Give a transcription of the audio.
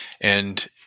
And-